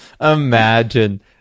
Imagine